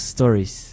Stories